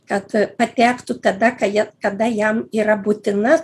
kad patektų tada ką jie kada jam yra būtina